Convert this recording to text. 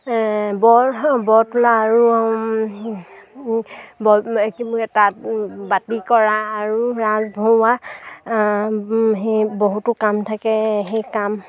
বৰ বৰ তোলা আৰু তাঁত বাতি কৰা আৰু ৰাজ ভৰোৱা সেই বহুতো কাম থাকে সেই কাম